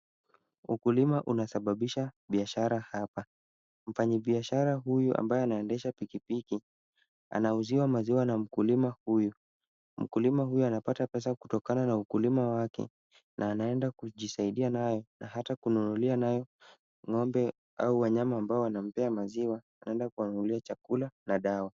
Ukulima unasababisha biashara hapa. Mfanyibiashara huyu ambaye anaendesha pikipiki, anauziwa maziwa na mkulima huyu. Mkulima huyu anapata pesa kutokana na ukulima wake na anaenda kujisaidia nayo na hata kununulia nayo ng'ombe au wanyama ambao wanampea maziwa anaenda kuwanunulia chakula na dawa.